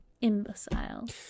imbeciles